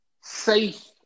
safe